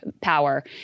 power